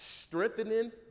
Strengthening